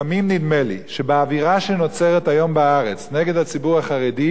לפעמים נדמה לי שבאווירה שנוצרת היום בארץ נגד הציבור החרדי,